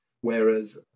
whereas